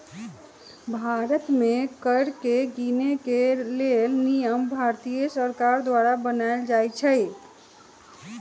भारत में कर के गिनेके लेल नियम केंद्रीय सरकार द्वारा बनाएल जाइ छइ